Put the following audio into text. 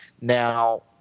Now